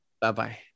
Bye-bye